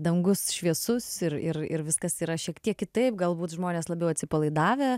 dangus šviesus ir ir ir viskas yra šiek tiek kitaip galbūt žmonės labiau atsipalaidavę